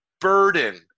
burden